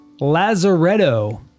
Lazaretto